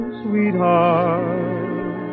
sweetheart